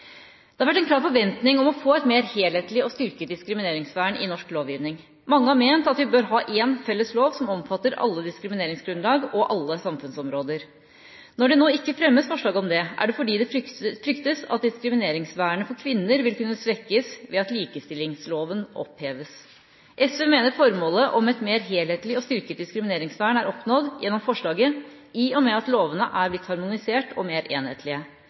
Det har vært en klar forventning om å få et mer helhetlig og styrket diskrimineringsvern i norsk lovgivning. Mange har ment at vi bør ha en felles lov som omfatter alle diskrimineringsgrunnlag og alle samfunnsområder. Når det nå ikke fremmes forslag om det, er det fordi det fryktes at diskrimineringsvernet for kvinner vil kunne svekkes ved at likestillingsloven oppheves. SV mener formålet om et mer helhetlig og styrket diskrimineringsvern er oppnådd gjennom forslaget i og med at lovene er blitt harmonisert og mer enhetlige.